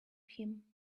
him